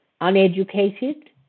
uneducated